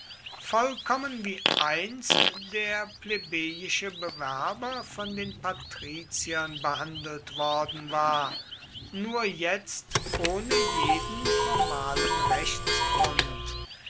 vollkommen wie einst der plebejische bewerber von den patriziern behandelt worden war nur jetzt ohne jeden formalen rechtsgrund